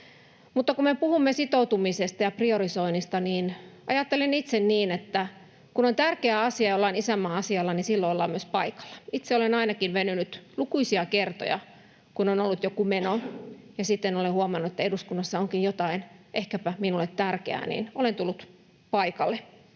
me puhumme sitoutumisesta ja priorisoinnista, niin ajattelen itse niin, että kun on tärkeä asia ja ollaan isänmaan asialla, niin silloin ollaan myös paikalla. Itse olen ainakin venynyt lukuisia kertoja, kun on ollut joku meno, ja olen huomannut, että eduskunnassa onkin jotain ehkäpä minulle tärkeää, niin olen tullut paikalle,